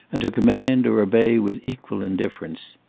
and to command or obey with equal indifference.